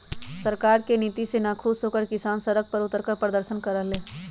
सरकार के नीति से नाखुश होकर किसान सड़क पर उतरकर प्रदर्शन कर रहले है